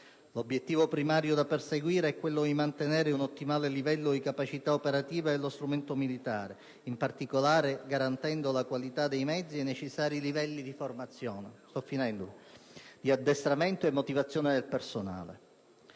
L'obiettivo primario da perseguire è quello di mantenere un ottimale livello di capacità operative dello strumento militare, in particolare garantendo qualità dei mezzi e i necessari livelli di formazione, addestramento e motivazione del personale.